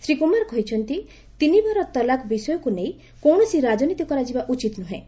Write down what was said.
ଶ୍ରୀ କୁମାର କହିଛନ୍ତି ତିନିବାର ତଲାକ ବିଷୟକୁ ନେଇ କୌଣସି ରାଜନୀତି କରାଯିବା ଉଚିତ୍ ନୁହେଁ